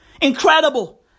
Incredible